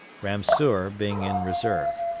ramseur being in reserve.